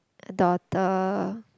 adopted